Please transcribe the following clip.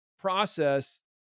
process